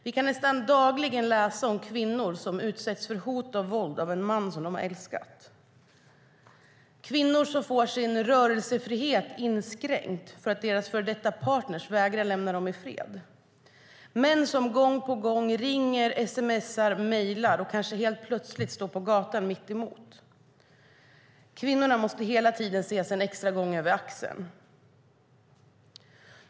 Vi kan nästan dagligen läsa om kvinnor som utsätts för hot och våld av en man som de har älskat. Det handlar om kvinnor som får sin rörelsefrihet inskränkt för att deras före detta partner vägrar lämna dem i fred, män som gång på gång ringer, sms:ar och mejlar och kanske helt plötsligt står mitt emot dem på gatan. Kvinnorna måste hela tiden se sig en extra gång över axeln.